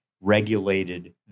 regulated